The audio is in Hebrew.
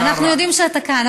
אנחנו יודעים שאתה כאן,